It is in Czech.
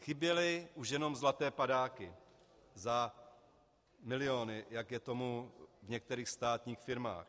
Chyběly už jenom zlaté padáky za miliony, jak je tomu v některých státních firmách.